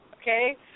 Okay